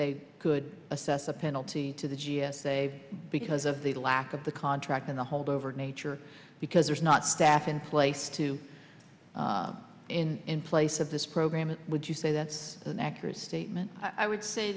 they could assess a penalty to the g s a because of the lack of the contract in the holdover nature because there's not staff in place to in in place of this program and would you say that's an accurate statement i would say